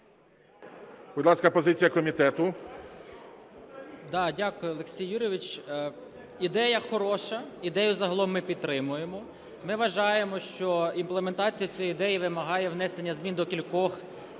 Будь ласка, позиція комітету. 18:27:51 ЖУПАНИН А.В. Дякую, Олексію Юрійовичу. Ідея хороша, ідею загалом ми підтримуємо. Ми вважаємо, що імплементація цієї ідеї вимагає внесення змін до кількох